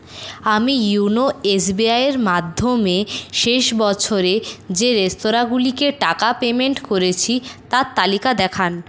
আমি YONO S B I এর মাধ্যমে শেষ বছর এ যে রেস্তোরাঁগুলিকে টাকা পেমেন্ট করেছি তার তালিকা দেখান